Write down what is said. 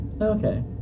Okay